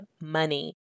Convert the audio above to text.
money